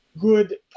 Good